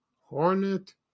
Hornet